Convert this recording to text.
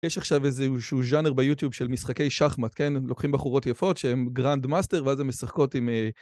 יש עכשיו איזשהו ז'אנר ביוטיוב של משחקי שחמט, כן? הם לוקחים בחורות יפות שהן גרנדמאסטר, ואז הן משחקות עם...